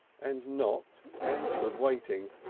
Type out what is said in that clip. and knocked and stood waiting,